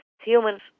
humans